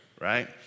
right